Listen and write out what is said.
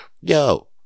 yo